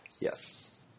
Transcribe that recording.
Yes